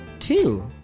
two